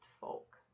Folk